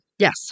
Yes